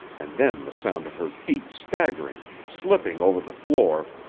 and then the sound of her feet staggering, slipping over the floor,